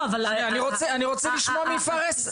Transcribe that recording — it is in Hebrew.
לא אבל -- אני רוצה לשמוע מפארס,